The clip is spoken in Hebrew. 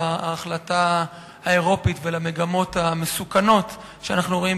להחלטה האירופית ולמגמות המסוכנות שאנחנו רואים,